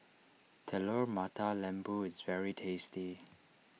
Telur Mata Lembu is very tasty